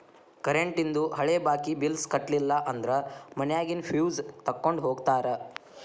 ಕರೆಂಟೇಂದು ಹಳೆ ಬಾಕಿ ಬಿಲ್ಸ್ ಕಟ್ಟಲಿಲ್ಲ ಅಂದ್ರ ಮನ್ಯಾಗಿನ್ ಫ್ಯೂಸ್ ತೊಕ್ಕೊಂಡ್ ಹೋಗ್ತಾರಾ